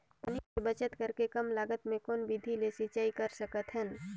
पानी के बचत करेके कम लागत मे कौन विधि ले सिंचाई कर सकत हन?